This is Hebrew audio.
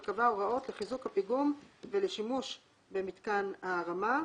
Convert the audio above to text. וקבע הוראות לחיזוק הפיגום ולשימוש במתקן ההרמה,